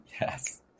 Yes